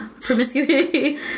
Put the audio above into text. promiscuity